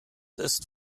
ist